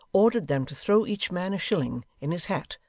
ordered them to throw each man a shilling, in his hat,